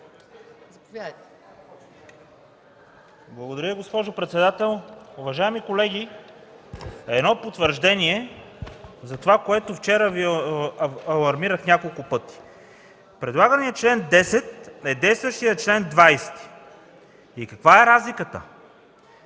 Благодаря, госпожо председател. Уважаеми колеги, едно потвърждение за това, което вчера Ви алармирах няколко пъти. Предлаганият чл. 10 е действащият чл. 20. Каква е разликата?